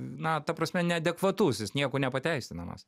na ta prasme neadekvatus jis niekuo nepateisinamas